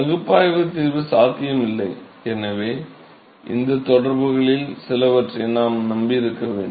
பகுப்பாய்வு தீர்வு சாத்தியமில்லை எனவே இந்த தொடர்புகளில் சிலவற்றை நாம் நம்பியிருக்க வேண்டும்